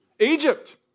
Egypt